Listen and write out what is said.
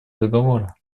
договора